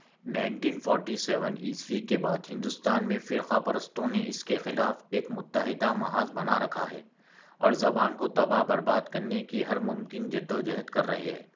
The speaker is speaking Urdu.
نینٹین فورٹی سیون عیسوی کے بعد ہندوستان میں فرقہ پرستوں نے اس کے خلاف ایک متحدہ محاذ بنا رکھا ہے اور زبان کو تباہ برباد کرنے کی ہر ممکن جد و جہد کر رہے ہے